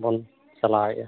ᱵᱚᱱ ᱪᱟᱞᱟᱣᱮᱫᱼᱟ